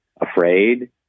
afraid